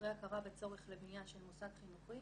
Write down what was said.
אחרי הכרה בצורך לבניה של מוסד חינוכי